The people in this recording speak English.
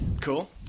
Cool